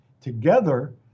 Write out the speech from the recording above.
together